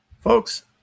folks